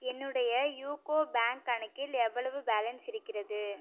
என்னுடைய UCO bank கணக்கில் எவ்வளவு பேலன்ஸ் இருக்கிறது